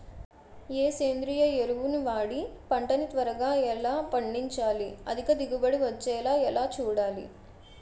ఏ సేంద్రీయ ఎరువు వాడి పంట ని త్వరగా ఎలా పండించాలి? అధిక దిగుబడి వచ్చేలా ఎలా చూడాలి?